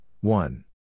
one